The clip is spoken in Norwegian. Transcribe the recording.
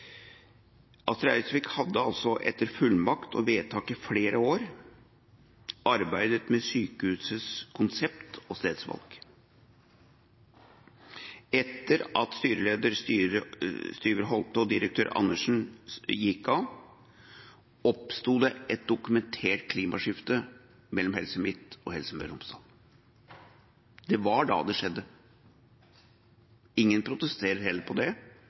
Eidsvik hadde altså etter fullmakt og vedtak i flere år arbeidet med sykehusets konsept og stedsvalg. Etter at styreleder Styve Holte og direktør Andersen gikk av, oppsto det et dokumentert klimaskifte mellom Helse Midt og Helse Møre og Romsdal. Det var da det skjedde. Ingen protesterer heller på det.